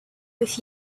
with